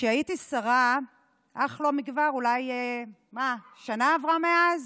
כשהייתי שרה אך לא מכבר, מה, שנה עברה מאז?